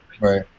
right